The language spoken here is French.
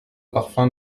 parfum